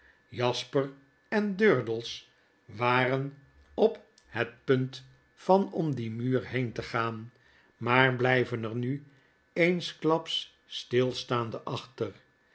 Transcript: jasper en durdels waren op het punt van om dien muur heen te gaan maar biyven er nu eensklaps stilstaande achter